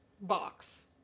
box